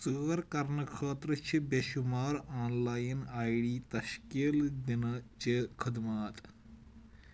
ژٲر کرنہٕ خٲطرٕ چھِ بےٚ شُمار آن لایِن آیۍ ڈی تشکیٖل دِنہٕ چہِ خٔدمات